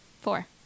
Four